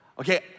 Okay